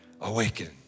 Awaken